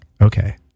Okay